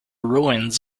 ruins